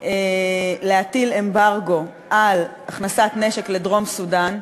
להטיל אמברגו על הכנסת נשק, לדרום-סודאן,